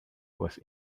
was